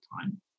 time